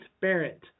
Barrett